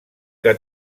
que